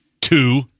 two